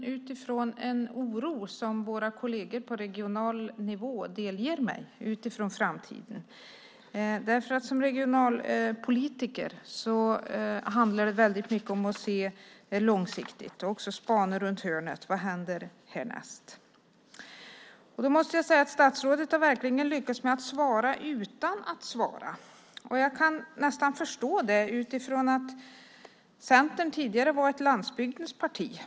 Herr talman! Jag ber att få tacka för svaret. Jag har ställt interpellationen utifrån en oro som våra kolleger på regional nivå delger mig med tanke på framtiden. För en regionalpolitiker handlar det ju väldigt mycket om att se långsiktigt och om att spana runt hörnet. Vad händer härnäst? Jag måste säga att statsrådet verkligen har lyckats med att svara utan att svara. Jag kan nästan förstå det. Centern var ju tidigare ett landsbygdens parti.